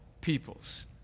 peoples